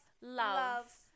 love